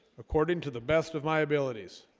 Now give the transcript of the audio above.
according to the best of my abilities